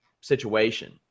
situation